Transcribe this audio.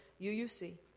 UUC